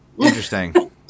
Interesting